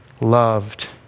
loved